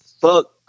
fuck